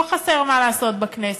לא חסר מה לעשות בכנסת.